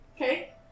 Okay